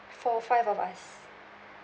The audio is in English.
for five of us